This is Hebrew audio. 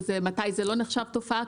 ומתי זה לא נחשב תופעה,